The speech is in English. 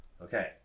Okay